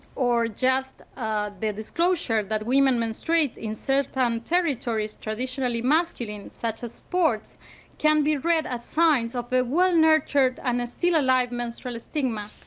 or just the disclosure that women menstruate in certain territories traditionally masculine, such as sports can be read as signs of a well-nurtured and still alive menstrual stigma.